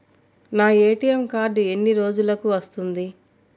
నా ATM card ఎన్ని రోజులకు వస్తుంది?